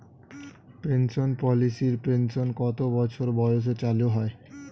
Pension পলিসির pension কত বছর বয়সে চালু হয়?